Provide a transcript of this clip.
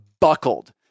buckled